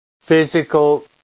Physical